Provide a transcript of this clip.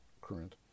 current